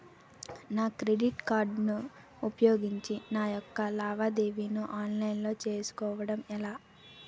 నా credit card ఉపయోగించి నా యెక్క లావాదేవీలను ఆన్లైన్ లో చేసుకోవడం ఎలా?